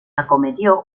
acometió